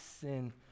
sin